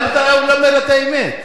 למה אתה לא אומר את האמת?